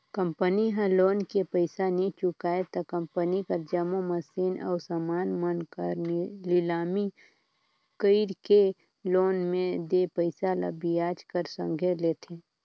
company ह loan के पइसा नी चुकाय त कंपनी कर जम्मो मसीन अउ समान मन कर लिलामी कइरके लोन में देय पइसा ल बियाज कर संघे लेथे